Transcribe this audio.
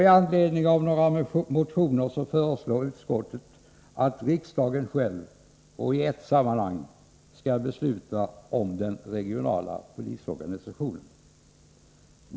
I anledning av några motioner föreslår utskottet att riksdagen själv och i ett sammanhang skäll besluta onY den regionala polisorganisationen.